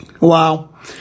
Wow